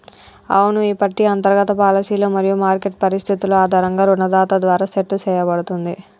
అవును ఈ పట్టి అంతర్గత పాలసీలు మరియు మార్కెట్ పరిస్థితులు ఆధారంగా రుణదాత ద్వారా సెట్ సేయబడుతుంది